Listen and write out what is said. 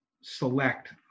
select